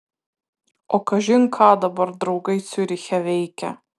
o kažin ką dabar draugai ciuriche veikia